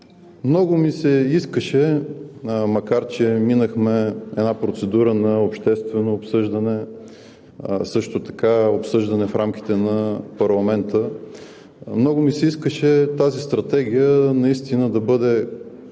образование. Макар че минахме една процедура на обществено обсъждане, както и обсъждане в рамките на парламента, много ми се искаше тази стратегия наистина да бъде